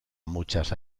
muchas